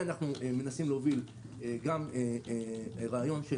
ואנחנו מנסים להוביל גם רעיון של